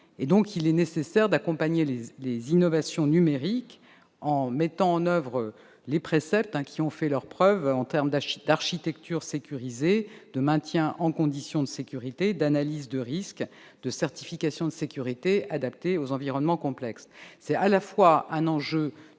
est donc nécessaire d'accompagner les innovations numériques, par l'application de préceptes ayant fait leurs preuves en matière d'architecture sécurisée, de maintien en conditions de sécurité, d'analyse de risques, de certification de sécurité adaptée aux environnements complexes. Il y a là un enjeu